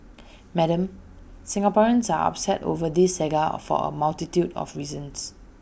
Madam Singaporeans are upset over this saga for A multitude of reasons